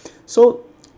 so